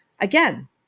again